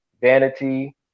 vanity